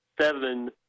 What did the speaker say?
seven